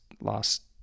last